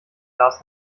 las